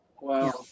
Wow